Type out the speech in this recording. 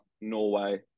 Norway